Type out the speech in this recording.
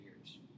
years